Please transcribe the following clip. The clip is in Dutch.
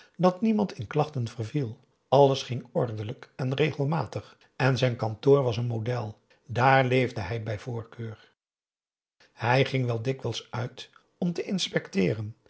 dat niemand in klachten verviel alles ging ordelijk en regelmatig en zijn kantoor was een model dààr leefde hij bij voorkeur hij ging wel dikwijls uit om te inspecteeren